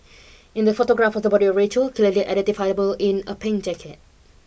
in the photograph of the body of Rachel clearly identifiable in a pink jacket